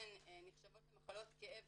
ששתיהן נחשבות למחלות כאב